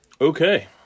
Okay